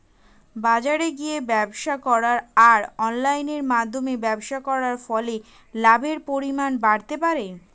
বাজারে গিয়ে ব্যবসা করা আর অনলাইনের মধ্যে ব্যবসা করার ফলে লাভের পরিমাণ বাড়তে পারে?